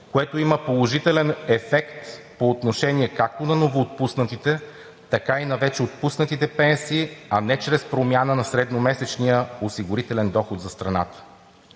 което има положителен ефект по отношение както на новоотпуснатите, така и на вече отпуснатите пенсии, а не чрез промяна на средномесечния осигурителен доход за страната.